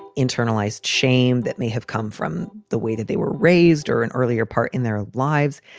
internalized shame, that may have come from the way that they were raised or an earlier part in their lives.